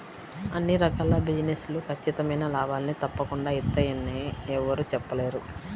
అన్ని రకాల బిజినెస్ లు ఖచ్చితమైన లాభాల్ని తప్పకుండా ఇత్తయ్యని యెవ్వరూ చెప్పలేరు